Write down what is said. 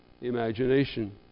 imagination